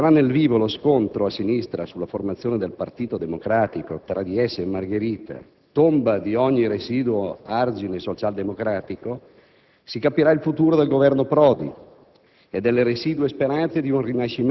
Solo dopo la finanziaria, quando entrerà nel vivo lo scontro a sinistra sulla formazione del Partito Democratico tra DS e Margherita, tomba di ogni residuo argine socialdemocratico, si capirà il futuro del Governo Prodi